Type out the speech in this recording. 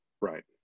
Right